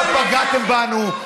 לא פגעתם בנו.